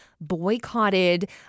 boycotted